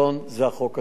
כי סוף-סוף